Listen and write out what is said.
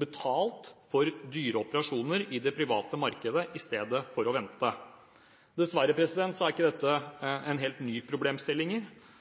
betalt for dyre operasjoner i det private markedet i stedet for å vente. Dessverre er ikke dette en helt ny